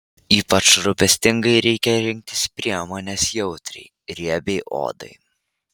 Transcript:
ypač rūpestingai reikia rinktis priemones jautriai riebiai odai